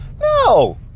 No